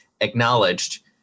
acknowledged